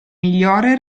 migliore